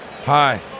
Hi